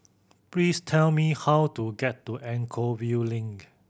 please tell me how to get to Anchorvale Link